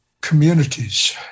communities